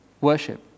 worship